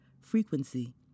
frequency